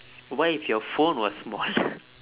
what if your phone was smaller